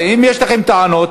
אני עד עכשיו לא הבנתי.